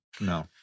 No